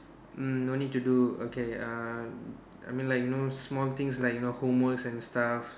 um no need to do okay uh I mean like you know small things like you know like homework and stuff